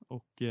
Och